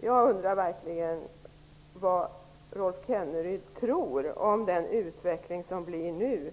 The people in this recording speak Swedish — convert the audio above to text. Jag undrar verkligen vad Rolf Kenneryd tror om den utveckling som kommer.